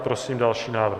Prosím další návrh.